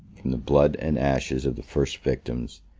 from the blood and ashes of the first victims,